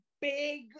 big